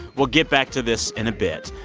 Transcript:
we'll get back to this in a bit.